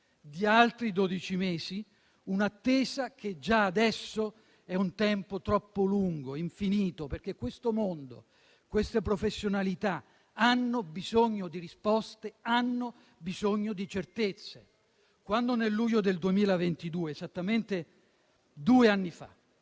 di altri dodici mesi, un'attesa che già adesso è un tempo troppo lungo e infinito, perché questo mondo e queste professionalità hanno bisogno di risposte e di certezze. Quando nel luglio del 2022 - esattamente due anni fa